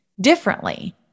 differently